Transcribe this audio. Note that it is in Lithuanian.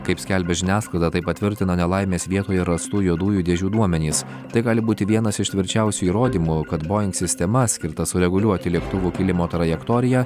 kaip skelbia žiniasklaida tai patvirtina nelaimės vietoje rastų juodųjų dėžių duomenys tai gali būti vienas iš tvirčiausių įrodymų kad boeing sistema skirta sureguliuoti lėktuvų kilimo trajektoriją